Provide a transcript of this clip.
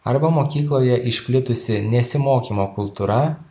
arba mokykloje išplitusi nesimokymo kultūra